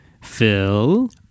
Phil